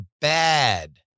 bad